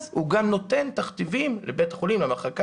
אז הוא גם נותן תכתיבים לבית החולים - המחלקה